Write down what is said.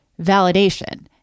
validation